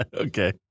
Okay